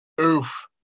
Oof